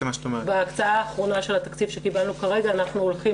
בהקצאה האחרונה של התקציב שקיבלנו כרגע אנחנו הולכים